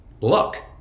luck